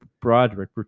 Broderick